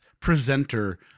presenter